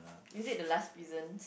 is it the last prison